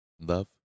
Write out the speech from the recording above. Love